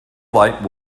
light